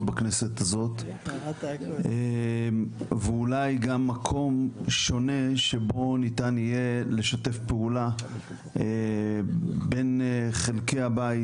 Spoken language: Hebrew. בכנסת הזאת ואולי גם מקום שונה שבו ניתן יהיה לשתף פעולה בין חלקי הבית,